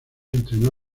estrenó